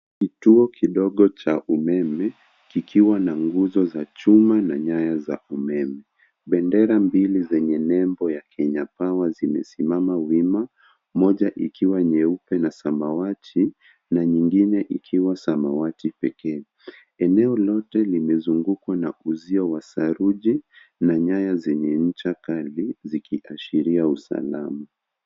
Kituo kidogo cha umeme kikiwa na nguzo za chuma na nyaya za umeme. Bendera mbili zenye nembo ya Kenya Power zimesimama wima moja ikiwa nyeupe na samawati na nyingine ikiwa samawati pekee. Eneo lote limezungukwa na uzio wa saruji na nyaya zenye ncha kali zikiashiria usalama.